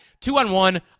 Two-on-one